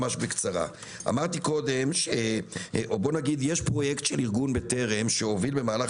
ממש בקצרה: יש פרויקט של ארגון בטרם שהוביל במהלך